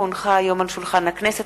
כי הונחה היום על שולחן הכנסת,